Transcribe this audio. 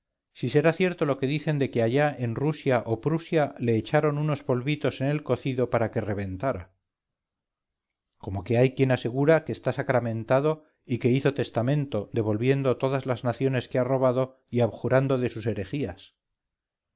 si será cierto lo que dicen de que allá en rusia o prusia le echaron unos polvitos en el cocido para que reventara como que hay quien asegura que está sacramentado y que hizo testamento devolviendo todas las naciones que ha robado y abjurando de sus